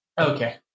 Okay